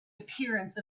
appearance